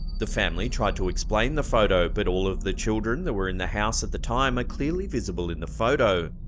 the family tried to explain the photo, but all of the children that were in the house at the time are clearly visible in the photo.